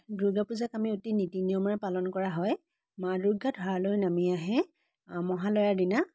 দুৰ্গা পূজাক আমি অতি নীতি নিয়মেৰে পালন কৰা হয় মা দুৰ্গা ধৰালৈ নামি আহে মহালয়াৰ দিনা